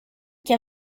che